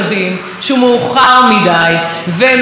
ובזה לפתוח את מושב החורף.